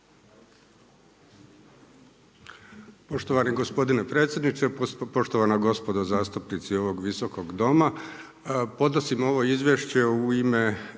Poštovani gospodine predsjedniče, poštovana gospodo zastupnici ovog visokog Doma, podnosim ovo izvješće u ime